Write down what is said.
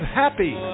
happy